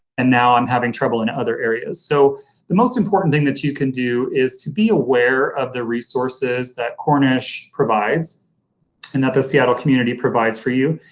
and now i'm having trouble in other areas. so the most important thing that you can do is to be aware of the resources that cornish provides and that the seattle community provides for you,